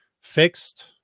fixed